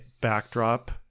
backdrop